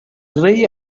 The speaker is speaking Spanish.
rey